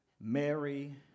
Mary